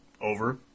over